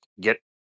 get